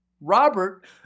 Robert